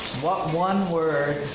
what one word